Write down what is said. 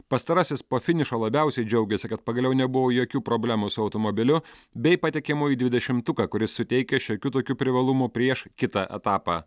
pastarasis po finišo labiausiai džiaugėsi kad pagaliau nebuvo jokių problemų su automobiliu bei patekimu į dvidešimtuką kuris suteikia šiokių tokių privalumų prieš kitą etapą